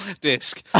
disc